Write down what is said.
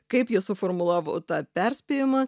kaip jie suformulavo tą perspėjimą